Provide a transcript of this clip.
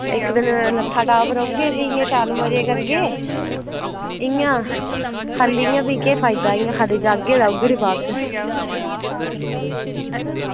ते इक्क दिन नत्थाटॉप रौह्गे फ्ही इ'यां शैल मज़े करगे इ'यां खाल्ली इ'यां फ्ही केह् फैदा इ'यां खाल्ली जाह्गे ते औगे फिरी बापस